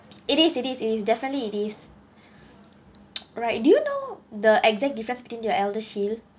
it is it is it is definitely it is right do you know the exact difference between the elder shield